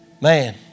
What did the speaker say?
Man